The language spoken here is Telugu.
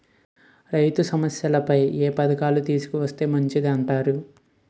రైతు సమస్యలపై ఏ పథకాలను తీసుకొస్తే మంచిదంటారు?